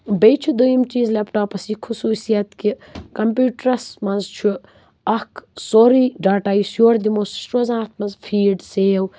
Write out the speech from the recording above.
بیٚیہِ چھُ دۄیِم چیٖز لیٚپٹاپس یہِ خصوٗصیت کہِ کمپوٗٹرس منٛز چھُ اَکھ سورُے ڈاٹا یُس یورٕ دِمو سُہ چھُ روزان اَتھ منٛز فیٖڈ سیو